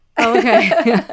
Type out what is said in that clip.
Okay